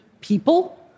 people